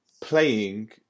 playing